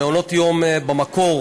מעונות-היום במקור